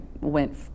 went